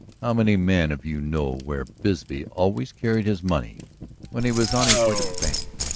how many men of you know where bisbee always carried his money when he was on his way to bank?